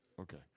Okay